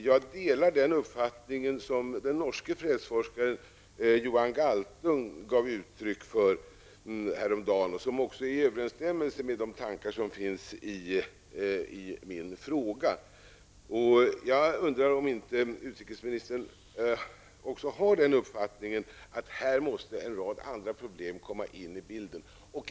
Jag delar den uppfattning som den norske fredsforskaren Johan Galtung gav uttryck för häromdagen och som också överensstämmer med de tankar som finns i min fråga. Jag undrar om inte också utrikesministern har den uppfattningen att det måste komma in en rad andra problem i bilden.